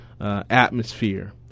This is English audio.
atmosphere